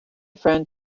friend